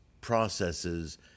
processes